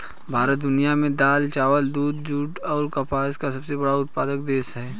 भारत दुनिया में दाल, चावल, दूध, जूट और कपास का सबसे बड़ा उत्पादक है